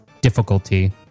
difficulty